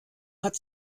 hat